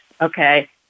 okay